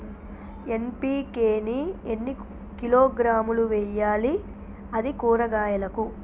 NPK ని ఎన్ని కిలోగ్రాములు వెయ్యాలి? అది కూరగాయలకు?